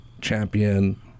champion